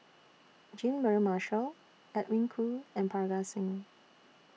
Jean Mary Marshall Edwin Koo and Parga Singh